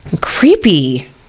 Creepy